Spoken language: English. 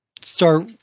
start